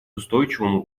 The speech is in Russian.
устойчивому